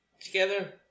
together